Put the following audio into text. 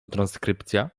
transkrypcja